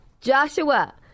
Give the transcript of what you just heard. Joshua